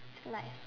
like